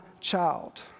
child